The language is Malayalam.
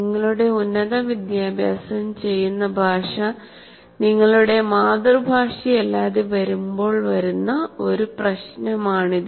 നിങ്ങളുടെ ഉന്നത വിദ്യാഭ്യാസം ചെയ്യുന്ന ഭാഷ നിങ്ങളുടെ മാതൃഭാഷയല്ലാതെ വരുമ്പോൾ വരുന്ന ഒരു പ്രശ്നമാണിത്